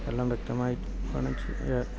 എല്ലാം വ്യക്തമായി വേണം ചെയ്യാൻ